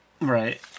Right